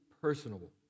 personable